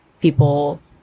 people